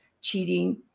cheating